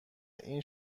این